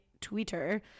Twitter